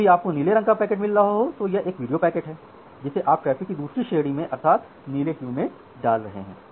जब भी आपको नीले रंग का पैकेट मिल रहा है तो यह एक वीडियो पैकेट है जिसे आप ट्रैफ़िक की दूसरी श्रेणी में अर्थात नीले क्यू में डाल रहे हैं